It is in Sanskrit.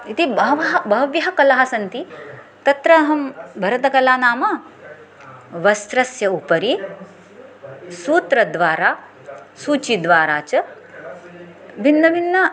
इति बह्व्यः बह्व्यः कलाः सन्ति तत्र अहं भरतकला नाम वस्त्रस्य उपरि सूत्रद्वारा सूचीद्वारा च भिन्नभिन्न